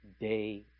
day